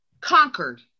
conquered